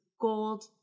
gold